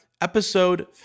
Episode